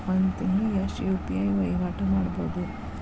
ಒಂದ್ ತಿಂಗಳಿಗೆ ಎಷ್ಟ ಯು.ಪಿ.ಐ ವಹಿವಾಟ ಮಾಡಬೋದು?